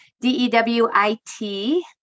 D-E-W-I-T